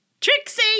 Trixie